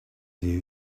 you